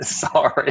Sorry